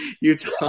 Utah